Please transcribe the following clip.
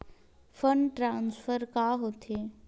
Fund transfer का होथे?